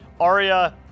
Arya